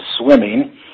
swimming